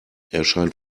erscheint